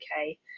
okay